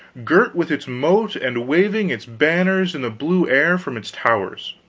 girt with its moat and waving its banners in the blue air from its towers.